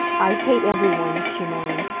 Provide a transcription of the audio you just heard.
i hate every one! she moaned.